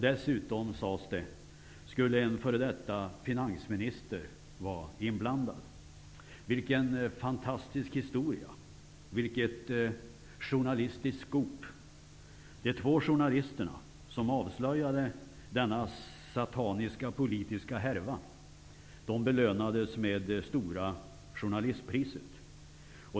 Dessutom, sades det, skulle en f.d. finansminister vara inblandad. Vilken fantastisk historia! Vilket journalistiskt scoop! De två journalister som avslöjade denna sataniska politiska härva belönades med stora journalistpriset.